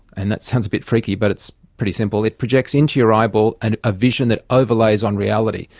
and that sounds a bit freaky but it's pretty simple, it projects into your eyeball and a vision that overlays on reality.